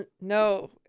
No